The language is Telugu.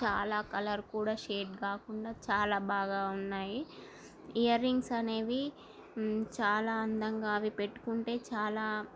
చాలా కలర్ కూడా షేడ్ కాకుండా చాలా బాగా ఉన్నాయి ఇయర్ రింగ్స్ అనేవి చాలా అందంగా అవి పెట్టుకుంటే చాలా